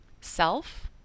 Self